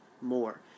more